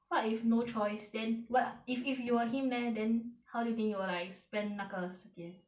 what if no choice then what if if you were him leh then how do you think you will like spend 那个时间